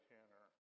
Tanner